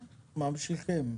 ממשיכים.